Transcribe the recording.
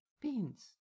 Beans